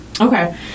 Okay